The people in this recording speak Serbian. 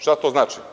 Šta to znači?